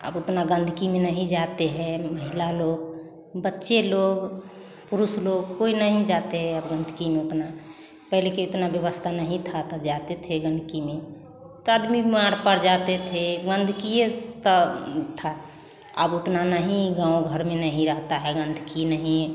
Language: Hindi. अब उतना गंदगी में नहीं जाते है महिला लोग बच्चे लोग पुरुष लोग कोई नहीं जाते अब गंदगी में उतना पहले के इतना व्यवस्था नहीं था त जाते थे गंदगी में त आदमी बीमार पर जाते थे गंदगी ये त था अब उतना नहीं गाँव घर में नही रहता है गंदगी नहीं